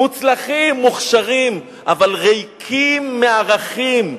מוצלחים, מוכשרים, אבל ריקים מערכים,